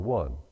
one